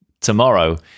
tomorrow